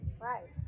right